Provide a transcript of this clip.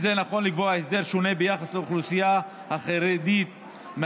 אין זה נכון לקבוע הסדר ביחס לאוכלוסייה החרדית השונה